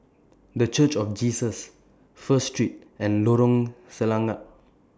The Church of Jesus First Street and Lorong Selangat